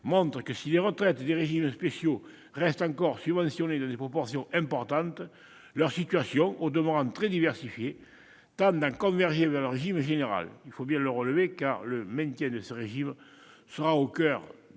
montre que, si les retraites des régimes spéciaux restent encore subventionnées dans des proportions importantes, leurs situations, au demeurant très diverses, tendent à converger vers le régime général. Il faut le relever, car le maintien de ces régimes sera au coeur